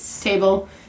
table